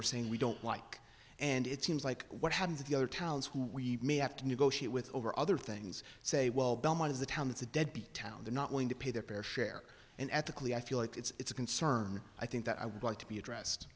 we're saying we don't like and it seems like what happened to the other towns who we may have to negotiate with over other things say well belmont is the town it's a deadbeat town they're not going to pay their fair share and ethically i feel like it's a concern i think that i would like to be addressed